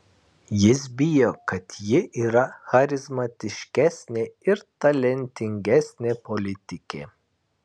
jis bijo kad ji yra charizmatiškesnė ir talentingesnė politikė